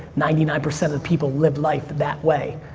ninety nine percent of people live life that way,